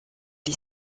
les